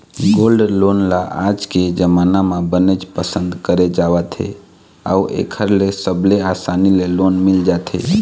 gold loan ल आज के जमाना म बनेच पसंद करे जावत हे अउ एखर ले सबले असानी ले लोन मिल जाथे